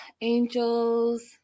Angels